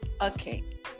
Okay